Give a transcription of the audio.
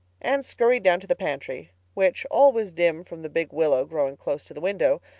anne scurried down to the pantry, which, always dim from the big willow growing close to the window,